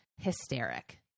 hysteric